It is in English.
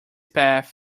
path